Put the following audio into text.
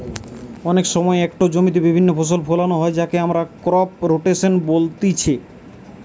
অনেক সময় একটো জমিতে বিভিন্ন ফসল ফোলানো হয় যাকে আমরা ক্রপ রোটেশন বলতিছে